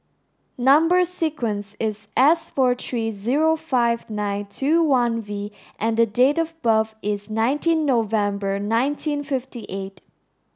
number sequence is S four three zero five nine two one V and date of birth is nineteen November nineteen fifty eight